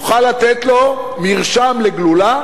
יוכל לתת לו מרשם לגלולה,